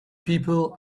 people